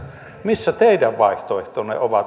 missä teidän vaihtoehtonne ovat